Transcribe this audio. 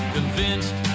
Convinced